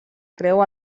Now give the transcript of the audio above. creu